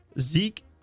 Zeke